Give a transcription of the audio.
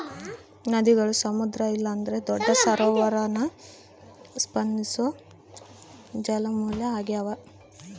ನದಿಗುಳು ಸಮುದ್ರ ಇಲ್ಲಂದ್ರ ದೊಡ್ಡ ಸರೋವರಾನ ಸಂಧಿಸೋ ಜಲಮೂಲ ಆಗ್ಯಾವ